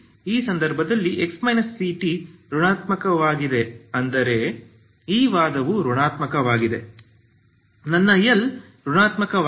ಈ ಸಂದರ್ಭದಲ್ಲಿ x ct ಋಣಾತ್ಮಕಣಾತ್ಮಕವಾಗಿದೆ ಅಂದರೆ ಈ ವಾದವು ಋಣಾತ್ಮಕವಾಗಿದೆ ನನ್ನ l ಋಣಾತ್ಮಕಣಾತ್ಮಕವಾಗಿದೆ